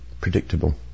predictable